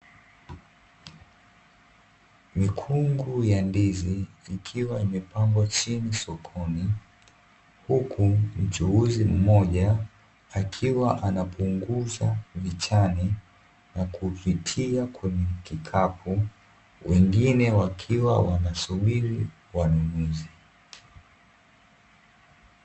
Mikungu ya ndizi ikiwa imepangwa chini sokoni huku mchuuzi mmoja akiwa anapunguza vichaani na kuvutia kwenye kikapu wengine wakiwa wanasubiri wanunuzi .